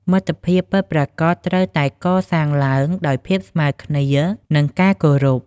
មិត្តភាពពិតប្រាកដត្រូវតែកសាងឡើងដោយភាពស្មើគ្នា និងការគោរព។